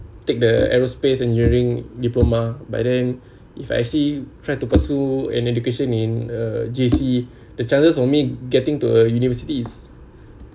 take the aerospace engineering diploma but then if I actually try to pursue an education in uh J_C the chances for me getting to a university is